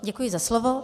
Děkuji za slovo.